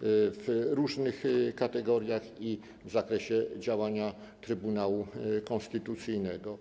w różnych kategoriach i w zakresie działania Trybunału Konstytucyjnego.